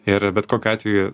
ir bet kokiu atveju